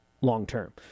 long-term